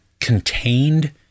contained